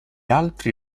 altri